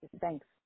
Thanks